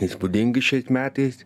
įspūdingi šiais metais